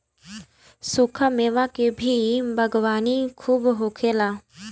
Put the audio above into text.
सुखा मेवा के भी बागवानी खूब होखेला